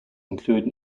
include